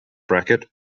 bracket